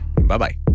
Bye-bye